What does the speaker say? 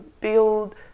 build